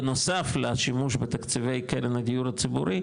בנוסף לשימוש בתקציבי קרן הדיור הציבורי,